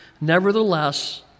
Nevertheless